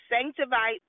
Sanctify